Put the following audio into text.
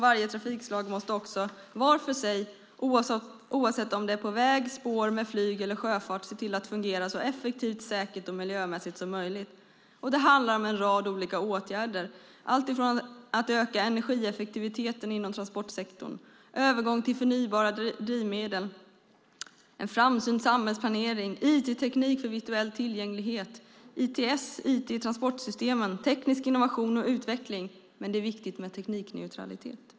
Varje trafikslag måste också var för sig oavsett om trafiken sker på väg eller spår, med flyg eller sjöfart se till att fungera så effektivt, säkert och miljömässigt som möjligt. Det handlar om en rad olika åtgärder som att öka energieffektiviteten inom transportsektorn, övergång till förnybara drivmedel, en framsynt samhällsplanering, IT för virtuell tillgänglighet, ITS, IT i transportsystemen och teknisk innovation och utveckling, men det är viktigt med teknikneutralitet.